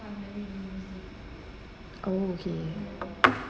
oh okay